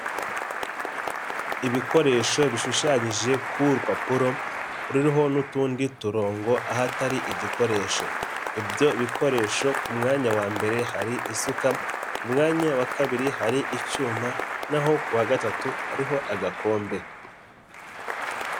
Ibikoresho bishushanyije ku rupapuro ruriho n'utundi turongo ahatari igikoresho. Ibyo bikoresho ku mwanya wa mbere hari isuka, ku mwanya wa kabiri hari icyuma, naho kuwa gatatu hariho agakombe.